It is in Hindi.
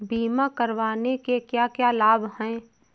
बीमा करवाने के क्या क्या लाभ हैं?